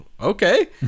okay